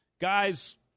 Guys